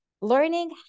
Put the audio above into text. Learning